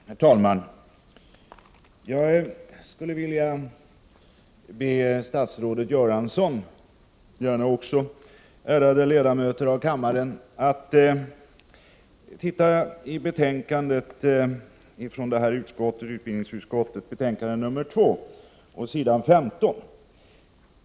Herr talman! Får jag be statsrådet Bengt Göransson och gärna också övriga ärade ledamöter av kammaren att slå upp s. 15 i utbildningsutskottets betänkande 2.